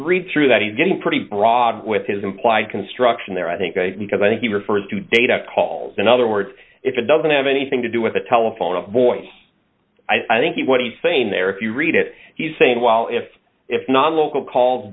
read through that he's getting pretty broad with his implied construction there i think because i think he refers to data calls in other words if it doesn't have anything to do with the telephone boy i think what he's saying there if you read it he's saying well if it's non local call